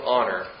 Honor